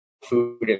food